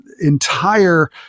entire